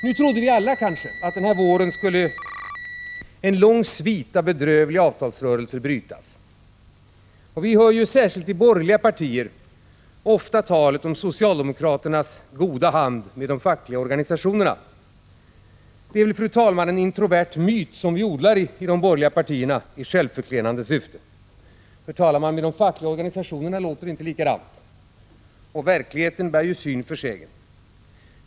Nu trodde vi alla att en lång svit av bedrövliga avtalsrörelser denna vår skulle brytas. Vi hör särskilt i de borgerliga partierna ofta talet om socialdemokraternas goda hand med de fackliga organisationerna. Det är, fru talman, en introvert myt som vi odlar inom de borgerliga partierna i självförklenande syfte. Fru talman! Inom de fackliga organisationerna låter det inte likadant. Verkligheten bär ju syn för sägen.